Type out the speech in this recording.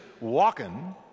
walking